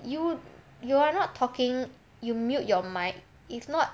you you're not talking you mute your mic if not